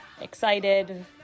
excited